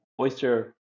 oyster